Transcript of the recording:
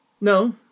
No